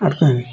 ଆର୍ କହିବି